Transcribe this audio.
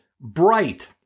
bright